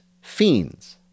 Fiends